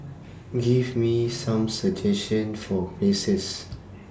Give Me Some suggestions For Places